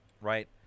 right